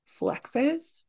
flexes